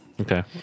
Okay